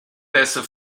dessa